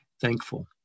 thankful